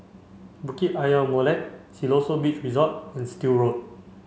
Bukit Ayer Molek Siloso Beach Resort and Still Road